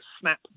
snap